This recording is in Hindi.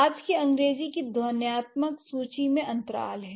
आज की अंग्रेजी की ध्वन्यात्मक सूची में अंतराल है